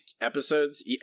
episodes